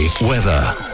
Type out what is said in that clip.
weather